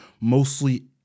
mostly